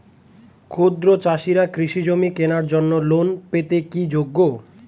ক্ষুদ্র চাষিরা কৃষিজমি কেনার জন্য লোন পেতে কি যোগ্য?